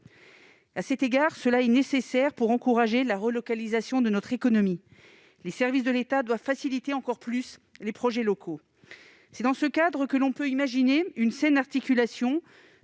locaux. Elles sont nécessaires pour encourager la relocalisation de notre économie. Les services de l'État doivent faciliter davantage encore les projets locaux. C'est dans ce cadre que l'on peut imaginer une saine articulation,